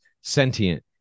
sentient